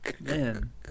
Man